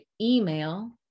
email